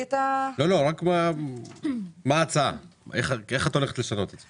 איך את הולכת לשנות את זה?